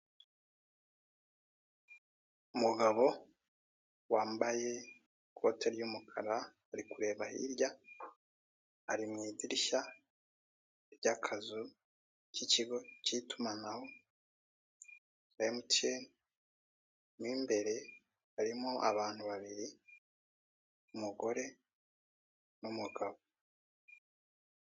Umugabo wambaye ikote ry'umukara, uri kureba hirya, ari mu idirishya ry'akazu k'ikigo cy'itumanaho cya Emutiyene, mo imbere harimo abantu babiri, umugore n'umugabo.